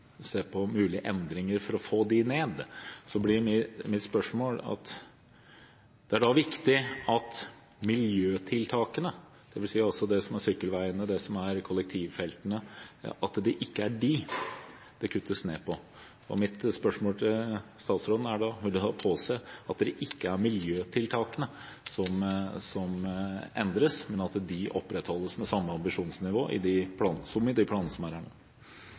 se på kostnadene og på mulige endringer for å få dem ned. Det er viktig at miljøtiltakene, dvs. det som handler om sykkelveier, kollektivfelt, ikke er det det kuttes ned på. Mitt spørsmål til statsråden er da: Vil statsråden påse at det ikke er miljøtiltakene som endres, men at de opprettholdes med samme ambisjonsnivå som i de